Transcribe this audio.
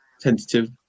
tentative